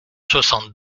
soixante